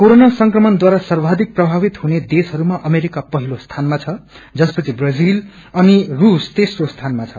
corona संक्रमणद्वारा सव्राथिक प्रभावित हुने देशहरूमा अमेरिका पहिलो स्थानमा छ जसपछि ब्राजिल अनि रूस तेप्रो सीनमा छ